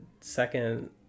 second